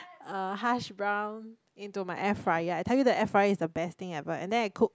uh hash brown into my air fryer I tell you that air fryer is the best thing ever and then I cook